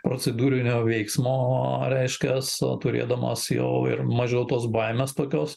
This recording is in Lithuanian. procedūrinio veiksmo reiškias turėdamas jau ir mažiau tos baimės tokios